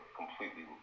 completely